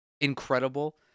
incredible